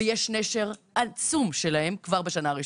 ויש נשר עצום שלהם כבר בשנה הראשונה.